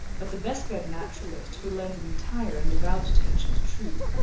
but the best read naturalist who lends an entire and devout attention to truth,